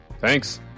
Thanks